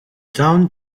downed